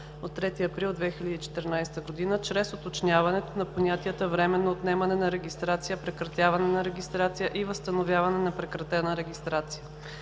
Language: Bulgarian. от 3 април 2014 г. чрез уточняването на понятията „временно отнемане на регистрация, „прекратяване на регистрация” и „възстановяване на прекратена регистрация“.